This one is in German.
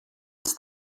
ist